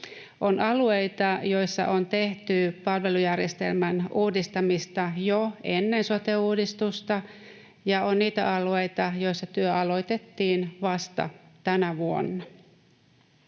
On alueita, joilla on tehty palvelujärjestelmän uudistamista jo ennen sote-uudistusta, ja on niitä alueita, joilla työ aloitettiin vasta tänä vuonna.